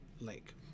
lake